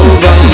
Over